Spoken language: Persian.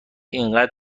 اینقدر